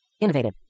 Innovative